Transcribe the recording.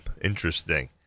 interesting